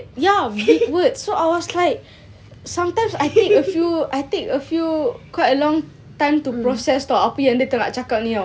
ya big word so I was like sometimes I take a few I take a few quite a long time to process [tau] apa yang dia tengah cakap ni [tau]